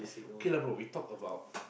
okay lah bro we talk about